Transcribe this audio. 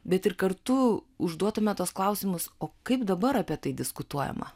bet ir kartu užduotume tuos klausimus o kaip dabar apie tai diskutuojama